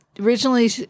Originally